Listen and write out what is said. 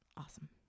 awesome